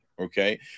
Okay